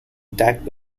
attacked